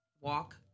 walk